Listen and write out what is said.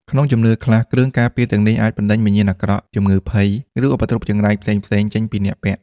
ក្នុងជំនឿខ្លះ គ្រឿងការពារទាំងនេះអាចបណ្តេញវិញ្ញាណអាក្រក់ ជំងឺភ័យ ឬឧបទ្រពចង្រៃផ្សេងៗចេញពីអ្នកពាក់។